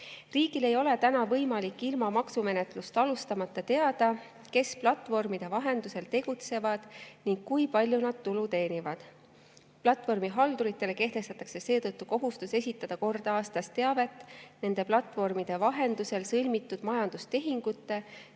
Riigil ei ole võimalik ilma maksumenetlust alustamata teada, kes platvormide vahendusel tegutsevad ning kui palju nad tulu teenivad. Platvormihalduritele kehtestatakse seetõttu kohustus esitada kord aastas teavet nende platvormide vahendusel sõlmitud majandustehingute